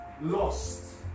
Lost